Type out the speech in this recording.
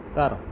ਧਰ